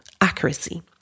accuracy